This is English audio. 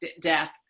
death